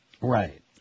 Right